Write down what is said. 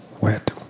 wet